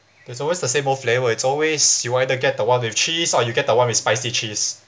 there's always the same old flavour it's always you either get the one with cheese or you get the one with spicy cheese